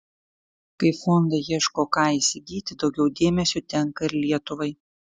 kai fondai ieško ką įsigyti daugiau dėmesio tenka ir lietuvai